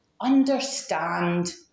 understand